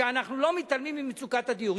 שאנחנו לא מתעלמים ממצוקת הדיור.